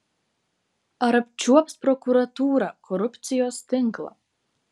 ar apčiuops prokuratūra korupcijos tinklą